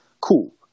Cool